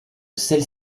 celle